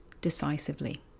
decisively